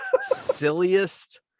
silliest